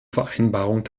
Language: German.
vereinbarung